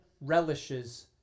relishes